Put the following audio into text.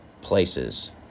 places